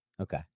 okay